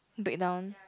break down